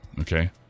Okay